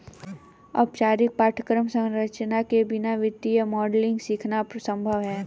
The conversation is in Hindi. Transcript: औपचारिक पाठ्यक्रम संरचना के बिना वित्तीय मॉडलिंग सीखना संभव हैं